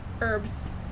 herbs